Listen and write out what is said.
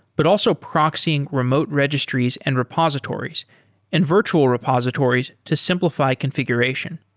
but also proxying remote registries and repositories and virtual repositories to simplify configuration.